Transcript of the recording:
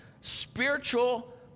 spiritual